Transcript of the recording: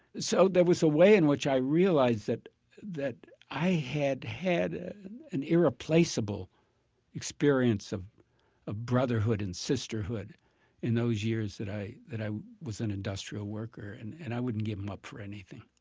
so there was a way in which i realized that that i had had an irreplaceable experience of ah brotherhood and sisterhood in those years that i that i was an industrial worker. and and i wouldn't give them up for anything